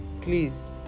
please